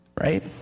right